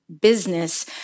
business